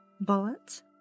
bullets